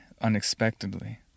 unexpectedly